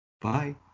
Bye